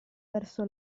verso